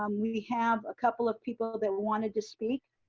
um we have a couple of people that wanted to speak.